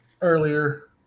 Earlier